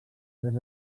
tres